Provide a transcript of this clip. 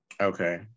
okay